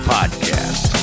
Podcast